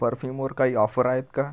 परफ्यूमवर काही ऑफर आहेत का